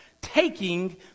taking